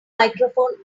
microphone